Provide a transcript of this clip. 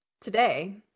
today